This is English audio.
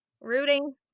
rooting